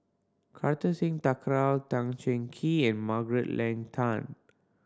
Kartar Singh Thakral Tan Cheng Kee and Margaret Leng Tan